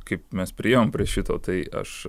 kaip mes priėjom prie šito tai aš